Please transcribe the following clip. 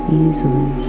easily